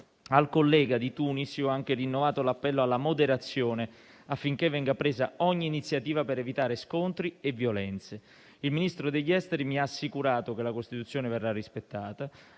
Al collega di Tunisi ho anche rinnovato l'appello alla moderazione, affinché venga presa ogni iniziativa per evitare scontri e violenze. Il Ministro degli affari esteri mi ha assicurato che la Costituzione verrà rispettata,